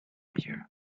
here